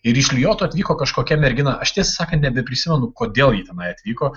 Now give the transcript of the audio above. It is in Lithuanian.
ir iš lijoto atvyko kažkokia mergina aš tiesą sakant nebeprisimenu kodėl ji tenai atvyko